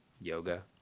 Yoga